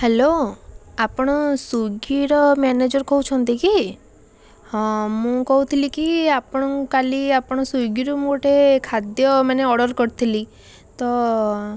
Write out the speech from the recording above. hello ଆପଣ ସ୍ୱିଗିର manager କହୁଛନ୍ତି କି ହଁ ମୁଁ କହୁଥିଲି କି ଆପଣ କାଲି ଆପଣ ସ୍ୱିଗିରୁ ମୁଁ ଗୋଟେ ଖାଦ୍ୟ ମାନେ ଅର୍ଡ଼ର୍ କରିଥିଲି ତ